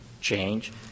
change